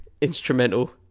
instrumental